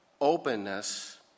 openness